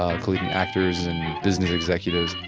like like actors and business executives.